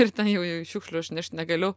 ir ten jau šiukšlių aš nešt negaliu